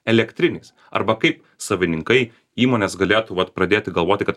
elektrinis arba kaip savininkai įmonės galėtų vat pradėti galvoti kad